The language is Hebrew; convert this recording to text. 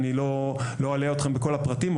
אני לא אלאה אתכם בכל הפרטים,